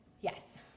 Yes